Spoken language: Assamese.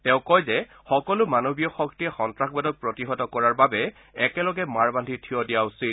তেওঁ কয় যে সকলো মানৱীয় শক্তিয়ে সন্তাসবাদক প্ৰতিহত কৰাৰ বাবে একেলগে মাৰ বাদ্ধি থিয় দিয়া উচিত